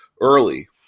early